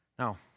Now